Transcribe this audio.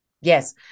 Yes